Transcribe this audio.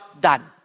done